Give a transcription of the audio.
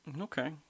Okay